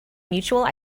mutual